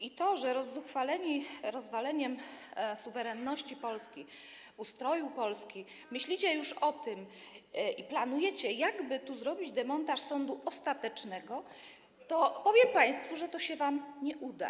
I mimo że, rozzuchwaleni rozwalaniem suwerenności Polski, ustroju Polski, myślicie już o tym - i to planujecie - jak by tu zrobić demontaż sądu ostatecznego, to powiem państwu, że to się wam nie uda.